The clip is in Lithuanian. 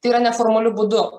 tai yra neformaliu būdu